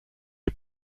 est